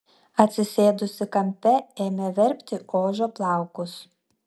atsisėdusi kampe ėmė verpti ožio plaukus